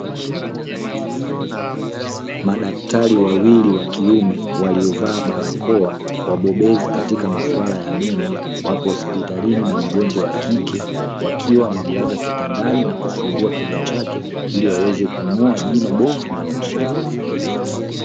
Madaktari wawili wa kiume waliovaa barakoa wabobezi katika tiba ya meno, wapo hosptalini na mgonjwa wa kike wakiwa wamemlaza kitandani na kufungua kinywa chake, ili waweze kung'oa jino bovu linalomsumbua.